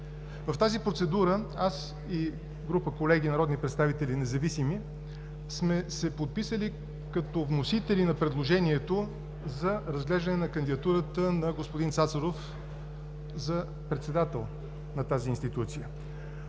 В тази процедура аз и група колеги народни представители – независими, сме се подписали като вносители на предложението за разглеждане кандидатурата на господин Цацаров за председател на тази институция.